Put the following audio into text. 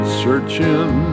searching